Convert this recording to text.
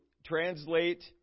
translate